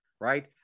Right